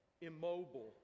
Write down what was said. immobile